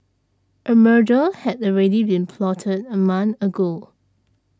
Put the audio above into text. a murder had already been plotted a month ago